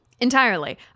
Entirely